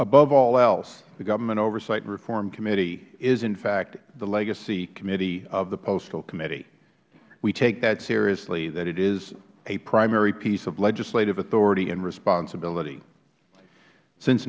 above all else the government oversight and reform committee is in fact the legacy committee of the postal committee we take that seriously that it is a primary piece of legislative authority and responsibility since